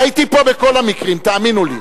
הייתי פה בכל המקרים, תאמינו לי.